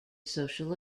social